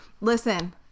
Listen